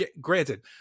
granted